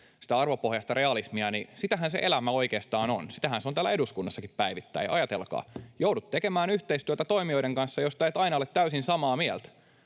sitä arvopohjaista realismia, niin sitähän se elämä oikeastaan on, sitähän se on täällä eduskunnassakin päivittäin. Ajatelkaa: joudut tekemään yhteistyötä toimijoiden kanssa, joiden kanssa et aina ole täysin samaa mieltä,